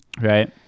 right